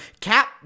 cap